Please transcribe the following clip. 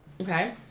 Okay